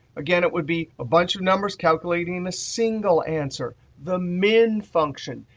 again, it would be a bunch of numbers calculating the single answer. the min function,